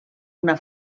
una